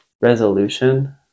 resolution